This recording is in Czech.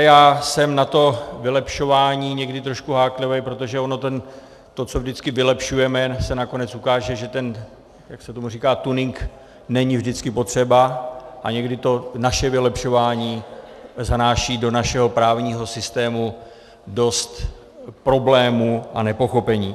Já jsem na to vylepšování někdy trošku háklivý, protože ono to, co vždycky vylepšujeme, se nakonec ukáže, že ten, jak se tomu říká, tuning není vždycky potřeba, a někdy to naše vylepšování zanáší do našeho právního systému dost problémů a nepochopení.